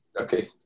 Okay